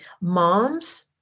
moms